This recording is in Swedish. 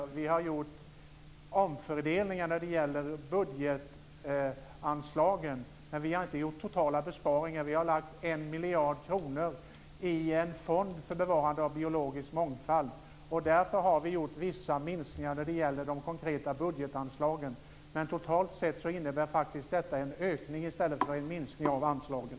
Men vi har gjort omfördelningar i fråga om budgetanslagen, inte totala besparingar. Vi avsätter 1 miljard kronor till en fond för bevarandet av biologisk mångfald. Därför har vi gjort vissa minskningar i de konkreta budgetanslagen, men totalt sett innebär detta faktiskt en ökning, inte en minskning, av anslagen.